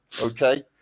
okay